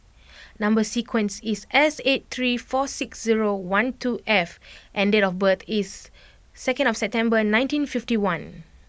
number sequence is S eight three four six zero one two F and date of birth is second September nineteen fifty one